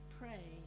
pray